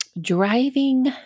driving